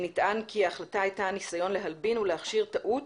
נטען, כי ההחלטה הייתה ניסיון להלבין ולהכשיר טעות